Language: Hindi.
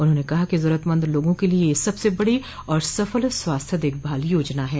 उन्होंने कहा कि जरूरतमंद लोगों के लिए यह सबसे बडी और सफल स्वास्थ्य देखभाल योजना है